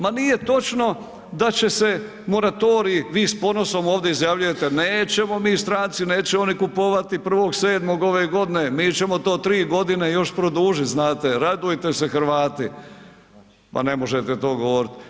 Ma nije točno da će se moratorij, vi s ponosom ovdje izjavljujete nećemo mi stranci, neće oni kupovati 1.7. ove godine, mi ćemo to 3.g. još produžit znate, radujte se Hrvati, pa ne možete to govorit.